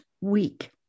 week